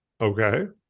Okay